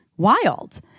wild